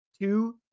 two